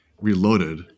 reloaded